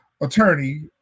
attorney